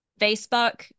Facebook